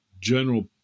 general